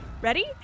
Ready